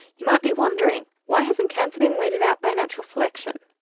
you might be wondering why hasn't cancer been weeded out by natural selection?